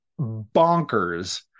bonkers